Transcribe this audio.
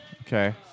okay